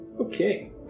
Okay